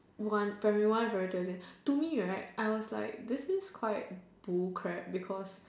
one primary one primary two exams to me right I was like this is quite Bull crap because